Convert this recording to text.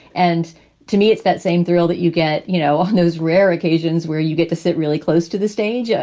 and to me, it's that same thrill that you get, you know, on those rare occasions where you get to sit really close to this stage. yeah